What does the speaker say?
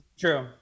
True